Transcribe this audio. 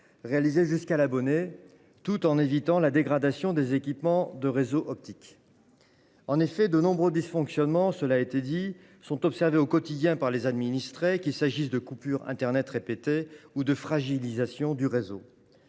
réalisés jusqu'à l'abonné tout en évitant la dégradation des équipements des réseaux optiques. En effet, de nombreux dysfonctionnements sont observés au quotidien par les administrés, qu'il s'agisse de coupures répétées ou de la fragilisation du réseau.